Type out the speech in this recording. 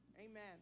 Amen